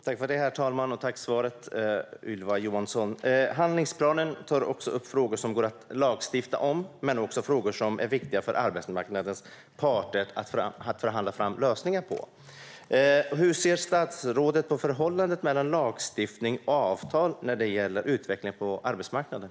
Herr talman! Tack för svaret, Ylva Johansson! I handlingsplanen tar man upp frågor som går att lagstifta om men också frågor som är viktiga för arbetsmarknadens parter att förhandla fram lösningar på. Hur ser statsrådet på förhållandet mellan lagstiftning och avtal när det gäller utveckling på arbetsmarknaden?